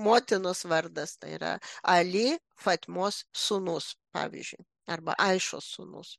motinos vardas tai yra ali fatimos sūnus pavyzdžiui arba aišos sūnus